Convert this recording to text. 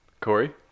Corey